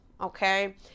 okay